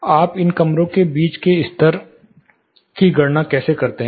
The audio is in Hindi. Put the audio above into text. आप इन कमरों के बीच के स्तर के अंतर की गणना कैसे करते हैं